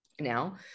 now